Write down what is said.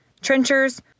trenchers